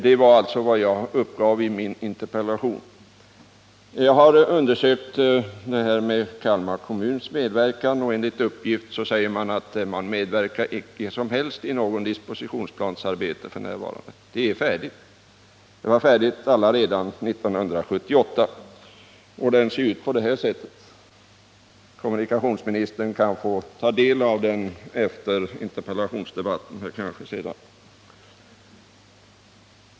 Det var vad jag uppgav i min interpellation. Jag har undersökt Kalmar kommuns medverkan och enligt uppgift medverkar man icke i något som helst dispositionsplansarbete f.n. Det arbetet är färdigt. Det var färdigt redan 1978. Jag har planen här och kommunikationsministern kan få ta del av den efter interpellationsdebatten.